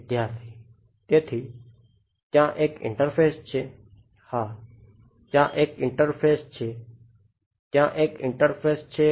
વિદ્યાર્થી તેથી ત્યાં એક ઇન્ટરફેસ છે